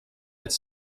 its